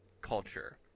culture